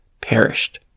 perished